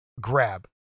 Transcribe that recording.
grab